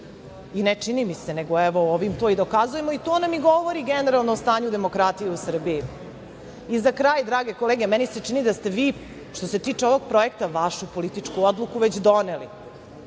ne čini mi se, nego ovim to i dokazujemo i to nam i govori generalno o stanju demokratije u Srbiji.Za kraj, drage kolege, meni se čini da ste vi, što se tiče ovog projekta, vašu političku odluku već doneli,